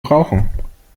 brauchen